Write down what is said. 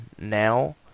now